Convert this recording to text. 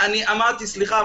סליחה,